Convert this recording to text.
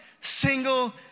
single